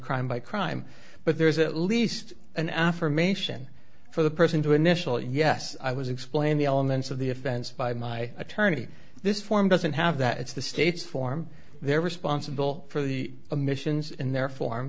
crime by crime but there is at least an affirmation for the person to initial yes i was explaining the elements of the offense by my attorney this form doesn't have that it's the state's form they're responsible for the missions in their for